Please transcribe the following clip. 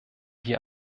hier